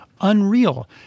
unreal